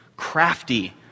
crafty